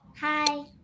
Hi